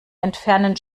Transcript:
entfernen